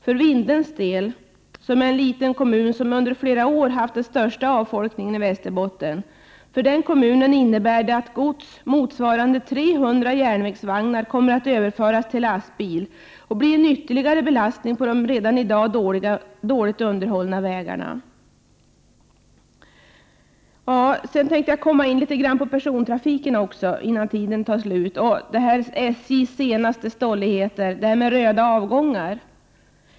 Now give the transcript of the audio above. För Vindelns del — en liten kommun som under flera år haft den största avfolkningen i Västerbotten — innebär det att gods motsvarande 300 järnvägsvagnar kommer att överföras på lastbil och bli en ytterligare belastning på de redan i dag dåligt underhållna vägarna. Sedan tänkte jag gå in på persontrafiken och SJ:s senaste stolligheter — röda avgångar.